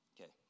Okay